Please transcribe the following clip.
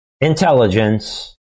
intelligence